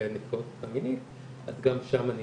ונפגעות תקיפה מינית, אז גם שם אני